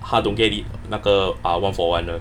她 don't get it 那个 uh one for one 的